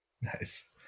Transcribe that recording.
Nice